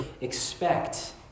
expect